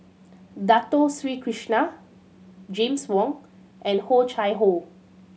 Dato Sri Krishna James Wong and Oh Chai Hoo